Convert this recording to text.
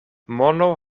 mono